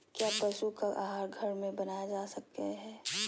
क्या पशु का आहार घर में बनाया जा सकय हैय?